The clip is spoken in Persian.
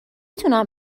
تونم